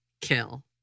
Kill